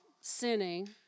sinning